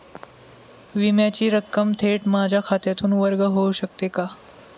विम्याची रक्कम थेट माझ्या खात्यातून वर्ग होऊ शकते का?